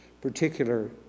particular